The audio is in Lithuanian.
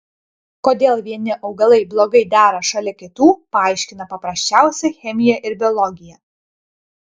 kodėl vieni augalai blogai dera šalia kitų paaiškina paprasčiausia chemija ir biologija